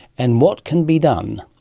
and what can be done?